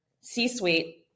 C-suite